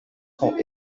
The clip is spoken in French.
sont